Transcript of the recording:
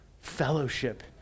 fellowship